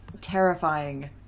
terrifying